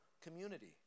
community